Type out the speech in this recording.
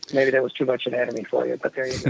maybe that was too much anatomy for you, but there you